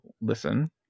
listen